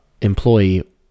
employee